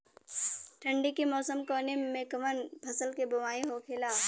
ठंडी के मौसम कवने मेंकवन फसल के बोवाई होखेला?